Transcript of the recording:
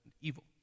evil